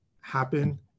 happen